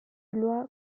loi